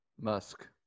Musk